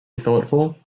thoughtful